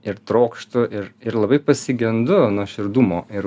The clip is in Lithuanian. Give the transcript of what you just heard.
ir trokštu ir ir labai pasigendu nuoširdumo ir